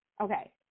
Okay